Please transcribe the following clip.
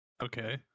Okay